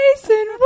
Jason